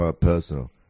personal